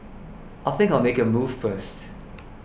I think I make a move first